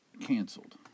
canceled